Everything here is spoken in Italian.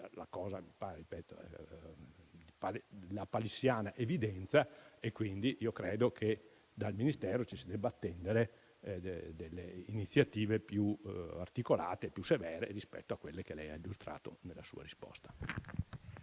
lapalissiana evidenza e credo che dal Ministero ci si debba attendere delle iniziative più articolate e severe rispetto a quelle illustrate nella sua risposta.